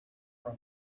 from